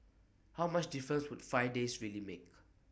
how much difference would five days really make